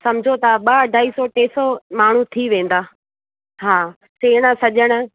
समुझो तव्हां ॿ अढाई सौ टे सौ माण्हू थी वेंदा हा सेण सॼण